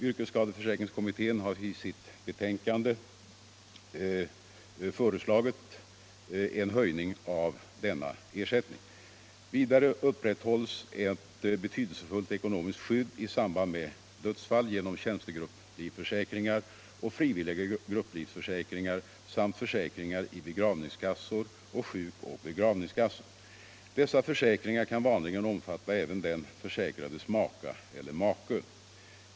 Yrkesskadeförsäkringskommittén har i sitt betänkande föreslagit en höjning av denna ersättning. Vidare upprätthålls ett be tydelsefullt ekonomiskt skydd i samband med dödsfall genom tjänstegrupplivförsäkringar och frivilliga grupplivförsäkringar samt försäkringar i begravningskassor och sjukoch begravningskassor. Dessa försäkringar kan vanligen omfatta även den försäkrades maka eller make.